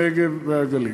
הנגב והגליל.